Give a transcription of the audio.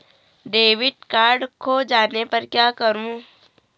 Debit card खो जाने पर क्या करूँ?